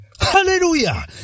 hallelujah